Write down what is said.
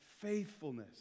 faithfulness